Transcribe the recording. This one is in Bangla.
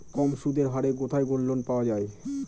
কম সুদের হারে কোথায় গোল্ডলোন পাওয়া য়ায়?